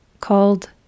called